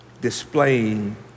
displaying